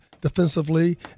defensively